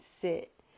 sit